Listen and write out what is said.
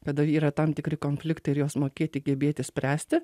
kada yra tam tikri konfliktai ir juos mokėti gebėti spręsti